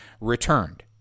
returned